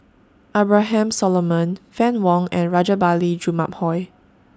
Abraham Solomon Fann Wong and Rajabali Jumabhoy